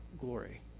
glory